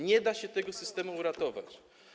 Nie da się tego systemu uratować.